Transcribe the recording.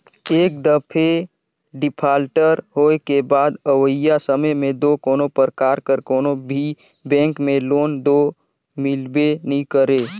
एक दफे डिफाल्टर होए के बाद अवइया समे में दो कोनो परकार कर कोनो भी बेंक में लोन दो मिलबे नी करे